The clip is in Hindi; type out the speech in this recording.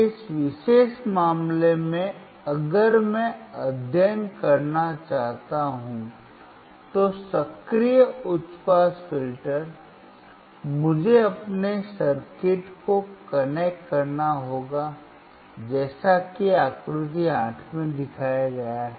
इस विशेष मामले में अगर मैं अध्ययन करना चाहता हूं तो सक्रिय उच्च पास फिल्टर मुझे अपने सर्किट को कनेक्ट करना होगा जैसा कि आकृति 8 में दिखाया गया है